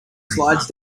slides